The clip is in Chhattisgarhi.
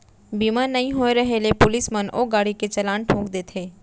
बीमा नइ होय रहें ले पुलिस मन ओ गाड़ी के चलान ठोंक देथे